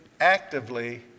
actively